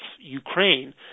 Ukraine